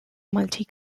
multi